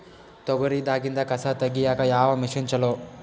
ತೊಗರಿ ದಾಗಿಂದ ಕಸಾ ತಗಿಯಕ ಯಾವ ಮಷಿನ್ ಚಲೋ?